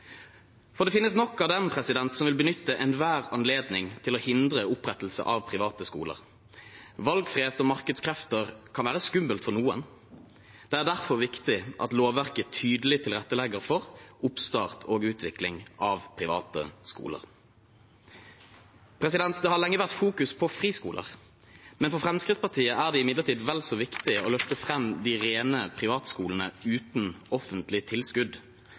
Det finnes nok av dem som vil benytte enhver anledning til å hindre opprettelse av private skoler. Valgfrihet og markedskrefter kan være skummelt for noen. Det er derfor viktig at lovverket tydelig tilrettelegger for oppstart og utvikling av private skoler. Det har lenge vært fokusert på friskoler, men for Fremskrittspartiet er det imidlertid vel så viktig å løfte fram de rene privatskolene uten offentlig tilskudd.